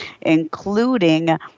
including